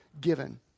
given